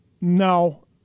No